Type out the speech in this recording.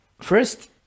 first